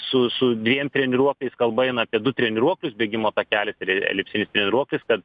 su su dviem treniruokliais kalba eina apie du treniruoklius bėgimo takelis ir elipsinis treniruoklis kad